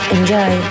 Enjoy